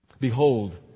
Behold